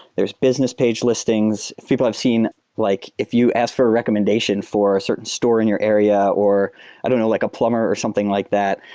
there's business page listings. people have seen like if you ask for a recommendation for a certain store in your area or i don't know, like a plumber or something like that,